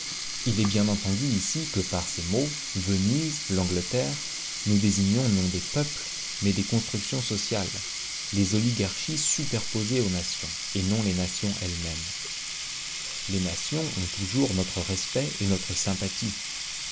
il est bien entendu ici que par ces mots venise l'angleterre nous désignons non des peuples mais des constructions sociales les oligarchies superposées aux nations et non les nations elles-mêmes les nations ont toujours notre respect et notre sympathie